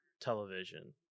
television